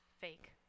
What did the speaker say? fake